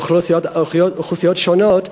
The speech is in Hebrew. מאוכלוסיות שונות,